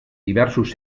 diversos